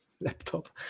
laptop